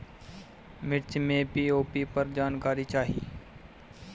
मिर्च मे पी.ओ.पी पर जानकारी चाही?